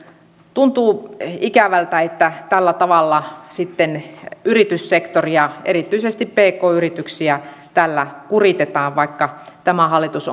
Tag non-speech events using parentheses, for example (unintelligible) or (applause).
tuntuu ikävältä että tällä tavalla sitten yrityssektoria erityisesti pk yrityksiä tällä kuritetaan vaikka tämä hallitus (unintelligible)